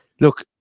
look